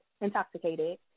intoxicated